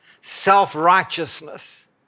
self-righteousness